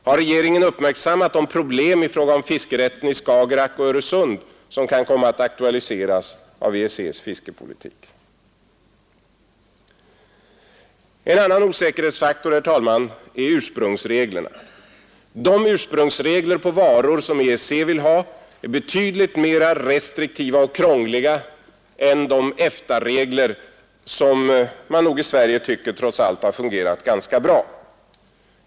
Har regeringen uppmärksammat de problem i fråga om fiskerätten i Skagerack och Öresund som kan komma att aktualiseras av EEC:s fiskepolitik? En annan osäkerhetsfaktor, herr talman, är ursprungsreglerna. De ursprungsregler för varor som EEC vill ha är betydligt mera restriktiva och krångliga än de EFTA-regler som man nog i Sverige tycker trots allt har fungerat ganska bra.